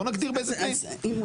בוא נגדיר באיזה תנאים.